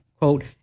quote